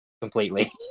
completely